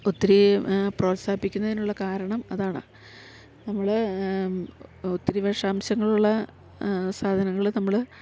ഒത്തിരി പ്രോത്സാഹിപ്പിക്കുന്നതിനുള്ള കാരണം അതാണ് നമ്മള് ഒത്തിരി വിഷാംശങ്ങളുള്ള സാധനങ്ങള് നമ്മള്